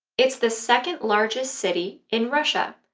it's the second largest city in russia,